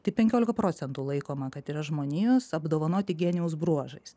tai penkiolika procentų laikoma kad yra žmonijos apdovanoti genijaus bruožais